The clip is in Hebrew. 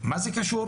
מה זה קשור?